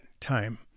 time